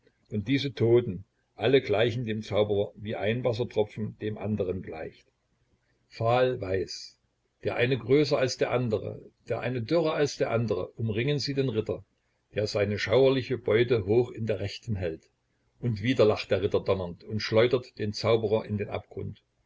und diese toten alle gleichen dem zauberer wie ein wassertropfen dem anderen gleicht fahl weiß der eine größer als der andere der eine dürrer als der andere umringen sie den ritter der seine schauerliche beute hoch in der rechten hält und wieder lacht der ritter donnernd und schleudert den zauberer in den abgrund